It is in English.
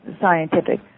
scientific